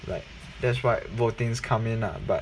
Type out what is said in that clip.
like that's why votings come in lah but